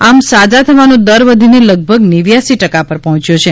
આમ સાજા થવાનો દર વધીને લગભગ નેવ્યાશી ટકા પર પહોંચ્યો છે